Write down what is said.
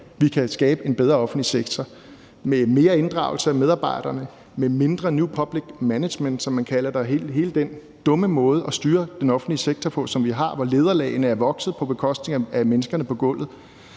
vi kan skabe en bedre offentlig sektor med mere inddragelse af medarbejderne, med mindre new public management, som man kalder det, og hele den dumme måde at styre den offentlige sektor på, som vi har, hvor lederlagene er vokset på bekostning af menneskene på gulvet.